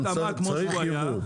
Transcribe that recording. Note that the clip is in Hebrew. צריך ייבוא.